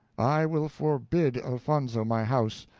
i will forbid elfonzo my house,